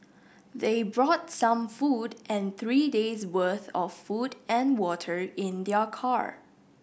they brought some food and three days' worth of food and water in their car